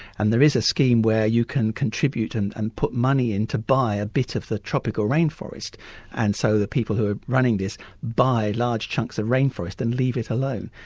and there is a scheme where you can contribute and and put money in to buy a bit of the tropical rainforest and so the people who are running this buy large chunks of rainforest and leave it alone.